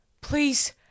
please